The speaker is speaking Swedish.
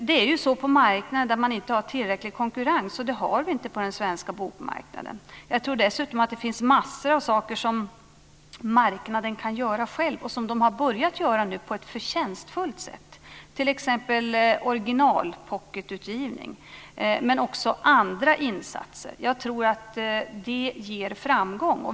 Det är ju så på marknader där man inte har tillräcklig konkurrens. Det har vi inte på den svenska bokmarknaden. Jag tror dessutom att det finns massor av saker som marknaden kan göra själv och som den nu har börjat göra på ett förtjänstfullt sätt. Det är t.ex. originalpocketutgivning men också andra insatser. Jag tror att det ger framgång.